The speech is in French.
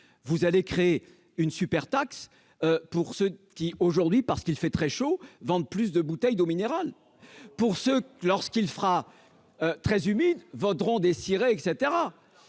vous allez créer une super taxe pour ceux qui, aujourd'hui, parce qu'il fait très chaud vendent plus de bouteilles d'eau minérale pour ce que lorsqu'il fera très humide vaudront et cetera,